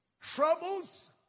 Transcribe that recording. troubles